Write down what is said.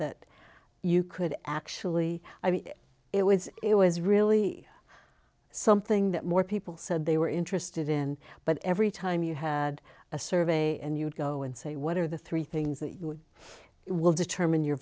that you could actually i mean it was it was really something that more people said they were interested in but every time you had a survey and you'd go and say what are the three things that you will determine your